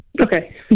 Okay